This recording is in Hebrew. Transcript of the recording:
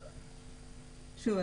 שוב,